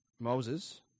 Moses